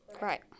Right